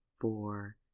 four